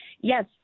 Yes